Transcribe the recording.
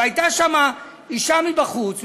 והייתה שם אישה מבחוץ,